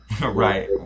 Right